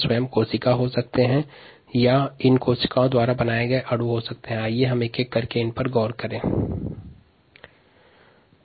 स्वयं कोशिका या कोशिका निर्मित अणु जैव प्रक्रिया के उत्पाद हो सकते हैं